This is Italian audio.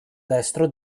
destro